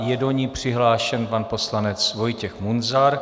Je do ní přihlášen pan poslanec Vojtěch Munzar.